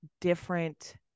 different